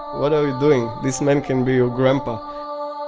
what are you doing? this man can be your grandpa